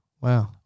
Wow